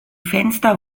fenster